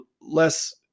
less